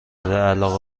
علاقه